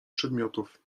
przedmiotów